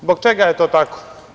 Zbog čega je to tako?